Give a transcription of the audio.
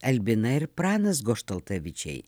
albina ir pranas goštaltavičiai